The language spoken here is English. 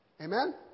Amen